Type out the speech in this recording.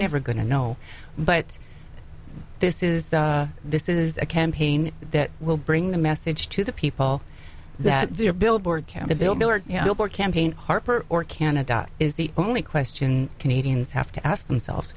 never going to know but this is the this is a campaign that will bring the message to the people that the a billboard can the bill miller campaign harper or canada is the only question canadians have to ask themselves